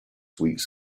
weeks